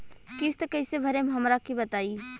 किस्त कइसे भरेम हमरा के बताई?